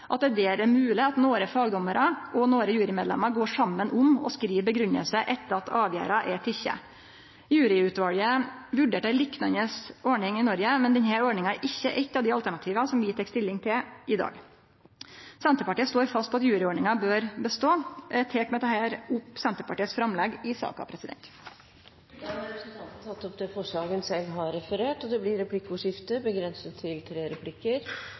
Danmark at det der er mogleg at nokre fagdommarar og nokre jurymedlemar går saman om å skrive grunngjeving etter at avgjerda er teken. Juryutvalet vurderte ei liknande ordning i Noreg, men denne ordninga er ikkje eit av dei alternativa som vi tek stilling til i dag. Senterpartiet står fast på at juryordninga bør bestå, og eg tek med dette opp Senterpartiets framlegg i saka. Representanten Jenny Klinge har tatt opp det forslaget hun selv refererte til. Det blir replikkordskifte.